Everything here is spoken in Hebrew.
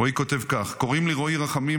רועי כותב כך: "קוראים לי רועי רחמים,